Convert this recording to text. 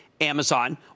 Amazon